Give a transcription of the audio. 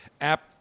app